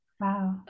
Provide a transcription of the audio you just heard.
Wow